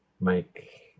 make